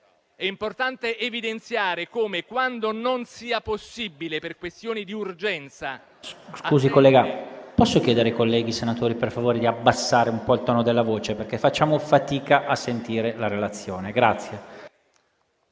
È importante evidenziare come, quando non sia possibile per questioni di urgenza... PRESIDENTE. Mi scusi, collega. Posso chiedere ai colleghi senatori, per favore, di abbassare un po' il tono della voce, perché facciamo fatica a sentire la relazione? Grazie.